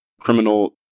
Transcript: criminal